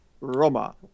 Roma